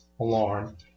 alarm